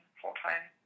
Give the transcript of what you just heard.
full-time